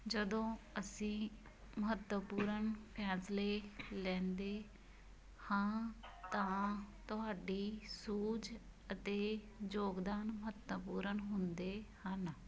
ਜਦੋਂ ਅਸੀਂ ਮਹੱਤਵਪੂਰਨ ਫੈਸਲੇ ਲੈਂਦੇ ਹਾਂ ਤਾਂ ਤੁਹਾਡੀ ਸੂਝ ਅਤੇ ਯੋਗਦਾਨ ਮਹੱਤਵਪੂਰਨ ਹੁੰਦੇ ਹਨ